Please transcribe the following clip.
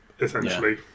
essentially